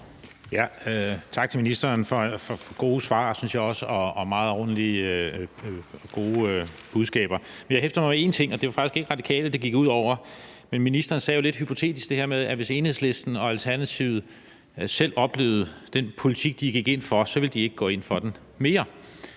Tak til ministeren for gode svar, synes jeg, og meget ordentlige og gode budskaber. Men jeg hæftede mig ved én ting, og det var faktisk ikke Radikale, det gik ud over. Ministeren sagde det her lidt hypotetiske med, at hvis Enhedslisten og Alternativet selv oplevede den politik, de gik ind for, så ville de ikke gå ind for den mere.